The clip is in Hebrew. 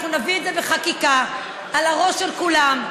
אנחנו נביא את זה בחקיקה על הראש של כולם,